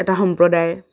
এটা সম্প্ৰদায়